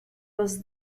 was